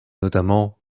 notamment